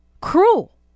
cruel